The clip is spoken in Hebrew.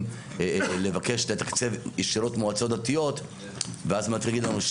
לבקש לתקצב ישירות מועצות דתיות ואז אומרים לנו,